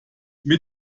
mit